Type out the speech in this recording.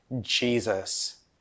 Jesus